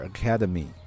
Academy